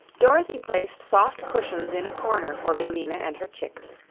dorothy placed soft cushions in a corner for billina and her chicks,